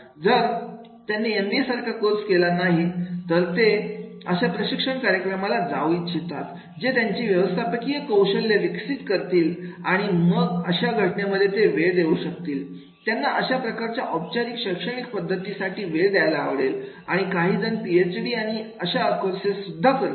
तर जर त्यांनी एम बी ए कोर्स केलेला नाही तर नंतर ते अशा प्रशिक्षण कार्यक्रमाला जाऊ इच्छितात जे त्यांची व्यवस्थापकीय कौशल्य विकसित करतील आणि मग अशा घटनेमध्ये ते वेळ देऊ शकतील त्यांना अशा प्रकारच्या औपचारिक शैक्षणिक पद्धतीसाठी वेळ द्यायला आवडेल आणि काहीजण पीएचडी आणि अशा प्रकारचे कोर्सेस सुद्धा करतील